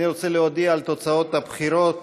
אני רוצה להודיע על תוצאות הבחירות